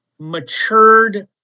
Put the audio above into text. Matured